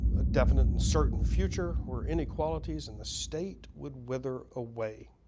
a definite and certain future where inequalities in the state would wither away